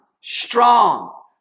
strong